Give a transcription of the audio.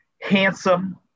handsome